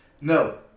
No